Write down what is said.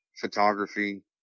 photography